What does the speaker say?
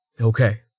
okay